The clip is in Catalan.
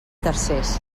tercers